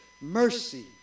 mercy